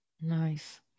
Nice